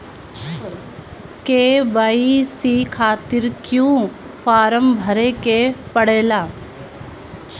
KYC खातिर क्यूं form भरे के पड़ेला?